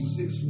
six